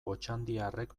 otxandiarrek